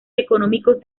económicos